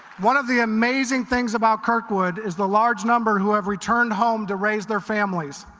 one of the amazing things about kirkwood is the large number who have returned home to raise their families.